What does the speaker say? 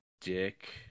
Dick